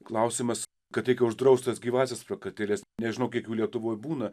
klausimas kad reikia uždraust tas gyvasias prakartėles nežinau kiek jų lietuvoj būna